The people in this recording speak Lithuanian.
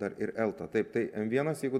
dar ir elta taip tai m vienas jeigu